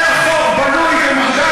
וזו לא בושה להיות חלק מהעמדה